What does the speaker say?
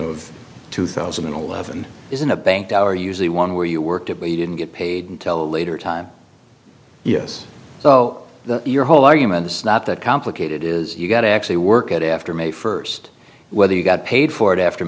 of two thousand and eleven isn't a bank tower usually one where you worked at but you didn't get paid until a later time yes so your whole argument it's not that complicated is you've got to actually work at it after may first whether you got paid for it after